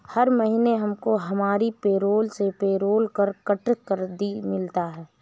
हर महीने हमको हमारी पेरोल से पेरोल कर कट कर मिलता है